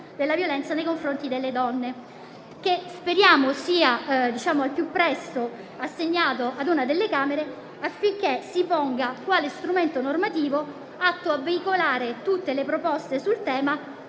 della violenza nei confronti delle donne, che speriamo sia al più presto assegnato a una delle Camere, affinché si ponga quale strumento normativo atto a veicolare tutte le proposte sul tema